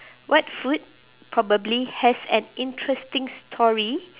what food probably has an interesting story